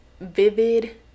vivid